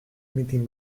mitin